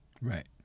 Right